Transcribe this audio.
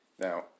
Now